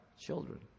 children